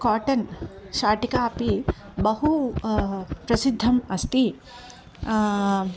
cotton शाटिका अपि बहु प्रसिद्धं अस्ति